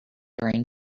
during